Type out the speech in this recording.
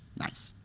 nice.